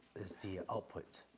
is the output,